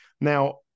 Now